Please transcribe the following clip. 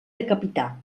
decapitar